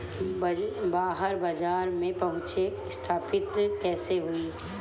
बाहर बाजार में पहुंच स्थापित कैसे होई?